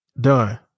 done